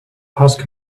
ask